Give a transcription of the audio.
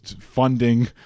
funding